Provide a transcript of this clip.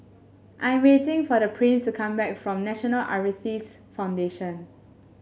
I'm waiting for Prince to come back from National Arthritis Foundation